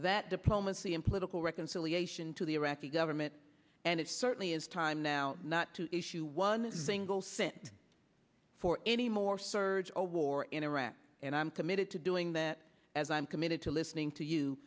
that diplomacy and political reconciliation to the iraqi government and it certainly is time now not to issue one single cent for any more surge or war in iraq and i'm committed to doing that as i'm committed to listening to you